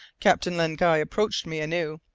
captain len guy approached me anew,